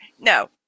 no